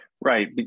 Right